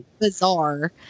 bizarre